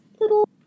little